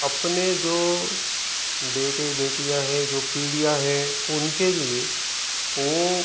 अपने जो बेटे बेटियाँ हैं जो पीढ़ियाँ है उनके लिए वो